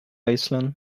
iceland